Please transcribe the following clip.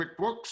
QuickBooks